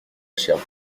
chère